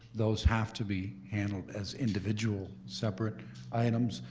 those have to be handled as individual, separate items,